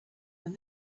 when